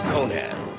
Conan